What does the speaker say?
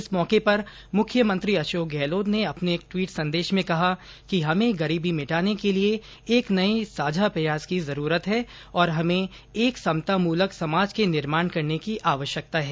इस मौके पर मुख्यमंत्री अशोक गहलोत ने अपने एक ट्वीट संदेश में कहा कि हमें गरीबी भिटाने के लिए एक नए साझा प्रयास की जरूरत है और हमें एक समता मूलक समाज के निर्माण करने की आवश्यकता है